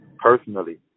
personally